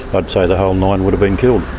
but say the whole nine would have been killed.